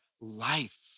life